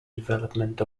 development